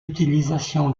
utilisation